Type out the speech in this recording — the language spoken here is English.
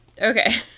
Okay